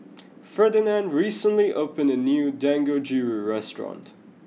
Ferdinand recently opened a new Dangojiru restaurant